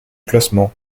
classement